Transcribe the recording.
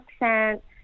accent